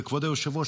וכבוד היושב-ראש,